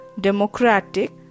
democratic